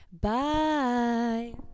Bye